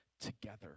together